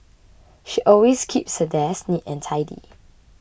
she always keeps her desk neat and tidy